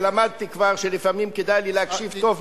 ולמדתי כבר שלפעמים כדאי להקשיב טוב לעצות,